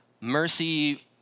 mercy